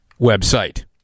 website